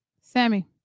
sammy